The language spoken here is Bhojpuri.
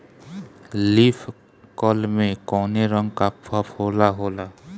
लीफ कल में कौने रंग का फफोला होला?